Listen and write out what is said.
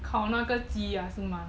烤那个鸡啊是吗